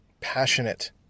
passionate